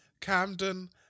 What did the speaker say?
Camden